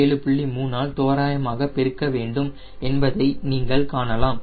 3 ஆல் தோராயமாக பெருக்க வேண்டும் என்பதை நீங்கள் காணலாம்